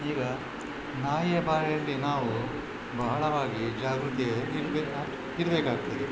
ಈಗ ನಾಯಿಯ ಬಾಯಲ್ಲಿ ನಾವು ಬಹಳವಾಗಿ ಜಾಗೃತೆ ಇರ್ಬೇಕಾ ಇರಬೇಕಾಗ್ತದೆ